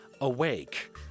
awake